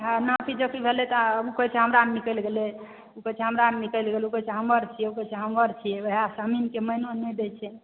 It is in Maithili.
हँ नापी जोखी भेलै तऽ ओ कहै छै हमरामे निकलि गेलै ओ कहय छै हमरामे निकलि गेलै ओ कहै छै हमर छी ओ कहै छै हमर छी वएह ज़मीनकेॅं मायना नहि दै छै